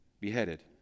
beheaded